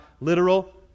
literal